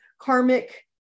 karmic